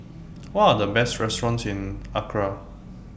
What Are The Best restaurants in Accra